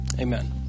Amen